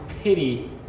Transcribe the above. pity